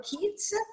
kids